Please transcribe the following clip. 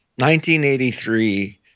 1983